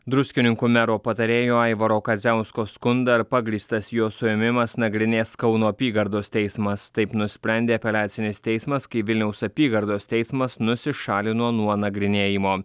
druskininkų mero patarėjo aivaro kadziausko skunda ar pagrįstas jo suėmimas nagrinės kauno apygardos teismas taip nusprendė apeliacinis teismas kai vilniaus apygardos teismas nusišalino nuo nagrinėjimo